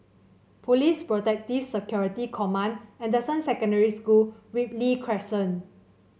Police Protective Security Command Anderson Secondary School Ripley Crescent